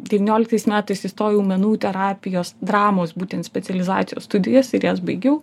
devynioliktais metais įstojau į menų terapijos dramos būtent specializacijos studijas ir jas baigiau